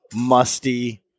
musty